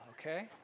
okay